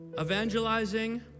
evangelizing